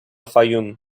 fayoum